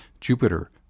Jupiter